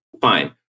Fine